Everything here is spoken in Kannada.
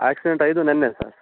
ಆ್ಯಕ್ಸಿಡೆಂಟ್ ಆಗಿದ್ದು ನಿನ್ನೆ ಸರ್